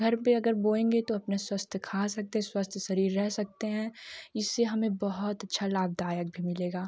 घर पर अगर बोएँगे तो अपने स्वस्थ खा सकते हैं स्वस्थ शरीर रह सकते हैं इससे हमें बहुत अच्छा लाभदायक भी मिलेगा